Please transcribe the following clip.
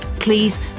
please